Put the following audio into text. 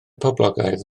poblogaidd